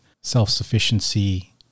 self-sufficiency